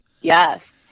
Yes